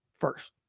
first